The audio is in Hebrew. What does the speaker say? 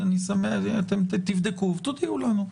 אתם תבדקו ותודיעו לנו.